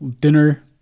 dinner